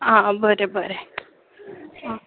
आं बरें बरें आं